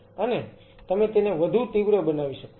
અને તમે તેને વધુ તીવ્ર બનાવી શકો છો